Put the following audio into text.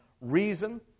reason